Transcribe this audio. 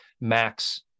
max